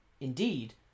Indeed